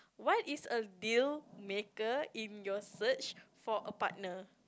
what is a deal maker in your search for a partner